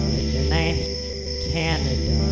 Canada